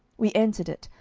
we entered it,